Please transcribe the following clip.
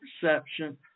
perception